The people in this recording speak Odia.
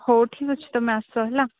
ହଉ ଠିକ୍ ଅଛି ତୁମେ ଆସ ହେଲା